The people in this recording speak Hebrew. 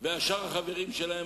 אבל אני אדבר אל הכיסא הריק שלו.